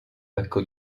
becco